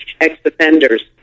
ex-offenders